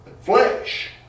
flesh